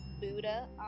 Buddha